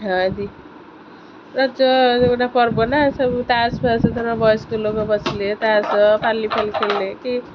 ଏଇ ରଜ ପର୍ବ ନା ସବୁ ତାସ୍ ଫାସ୍ ଧର ବୟସ୍କ ଲୋକ ବସିଲେ ତାସ୍ ପାଲି ଫାଲି ଖେଳିଲେ କି